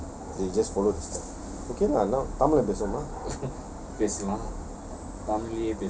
ya she said just follow the step okay lah now tamil ல பேசலாம்:la peasalam